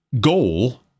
goal